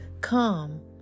Come